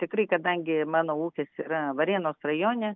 tikrai kadangi mano ūkis yra varėnos rajone